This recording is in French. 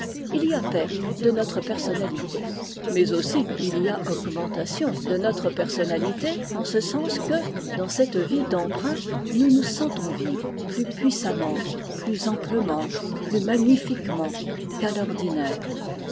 il y a perte de notre personnalité mais aussi il y a augmentation de notre personnalité en ce sens que dans cette vie d'emprunt nous nous sentons vivre plus puissamment plus amplement plus magnifiquement qu'à l'ordinaire